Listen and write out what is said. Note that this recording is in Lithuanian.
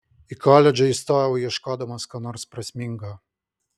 į koledžą įstojau ieškodamas ko nors prasmingo